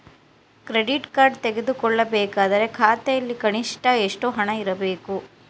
Credit card ತೆಗೆದುಕೊಳ್ಳಬೇಕಾದರೆ ಖಾತೆಯಲ್ಲಿ ಕನಿಷ್ಠ ಎಷ್ಟು ಹಣ ಇರಬೇಕು?